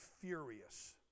furious